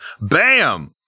Bam